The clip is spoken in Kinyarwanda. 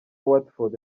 watford